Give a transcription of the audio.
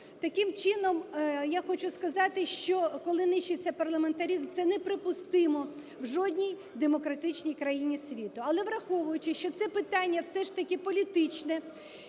Таким чином, я хочу сказати, що коли нищиться парламентаризм, це неприпустимо в жодній демократичній країні світу. Але враховуючи, що це питання, все ж таки, політичне